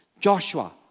Joshua